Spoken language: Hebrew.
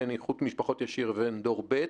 בין אם איחוד משפחות ישיר ובין אם דור ב'?